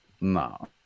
No